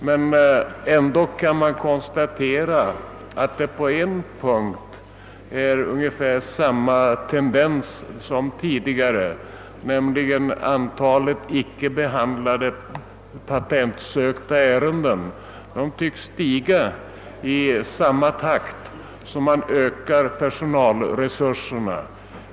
Men det egendomliga är att tendensen på en punkt är ungefär densamma, nämligen när det gäller antalet icke behandlade patentsökta ärenden, som tycks stiga i samma takt som personalresurserna ökar.